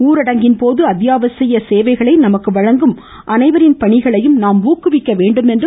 ஊரடங்கின் போது அத்தியாவசிய சேவைகளை நமக்கு வழங்கும் அனைவரின் பணிகளையும் நாம் ஊக்குவிக்க வேண்டுமென்றார்